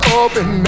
open